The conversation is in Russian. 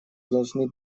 должны